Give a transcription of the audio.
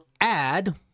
add